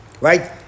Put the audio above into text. Right